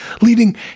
leading